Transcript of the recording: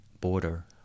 border